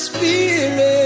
Spirit